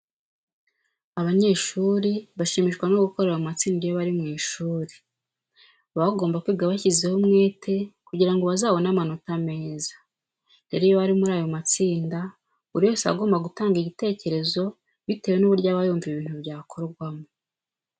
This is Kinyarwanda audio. Abanyeshuri bashimishwa no gukorera mu matsinda. Iyo bari mu ishuri baba bagomba kwiga bashyizeho umwete kugira ngo bazabone amanota meza. Rero iyo bari muri ayo matsinda, buri wese aba agomba gutanga igitekerezo bitewe n'uburyo aba yumva ibintu byakorwamo.